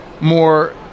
more